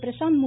பிரசாந்த் மூ